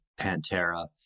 Pantera